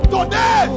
Today